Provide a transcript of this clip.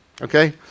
okay